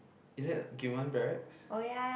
is that Gilman Barracks